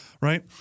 right